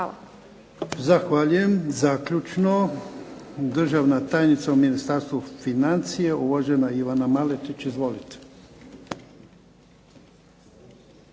Hvala.